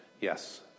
Yes